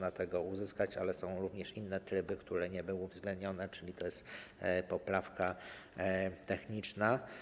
Ale są również inne tryby, które nie były uwzględnione, czyli to jest poprawka techniczna.